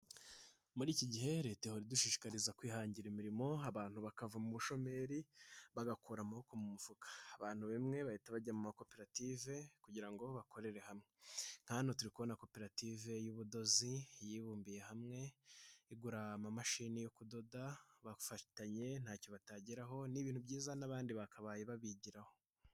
Muri iki gihe Leta ihora idushishikariza kwihangira imirimo, abantu bakava mu bushomeri, bagakura amaboko mu mufuka. Abantu bamwe bahita bajya mu makoperative, kugira ngo bakorere hamwe. Hano turi kubona koperative y'ubudozi, yibumbiye hamwe, igura amamashini yo kudoda, bafatanye ntacyo batageraho. ni' ibintu byiza n'abandi bakabaye babigiraho.